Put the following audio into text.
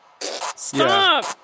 stop